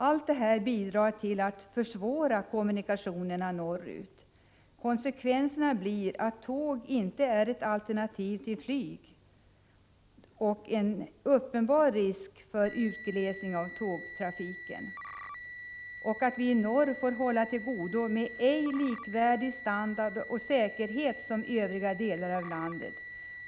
Allt detta bidrar till att försvåra kommunikationen norrut. Konsekvensen blir att tåg inte är ett alternativ till flyg, med en uppenbar risk för utglesning för tågtrafiken som följd. Det innebär vidare att vi i norr får hålla till godo med en standard och säkerhet som inte är likvärdig den i övriga delar av landet.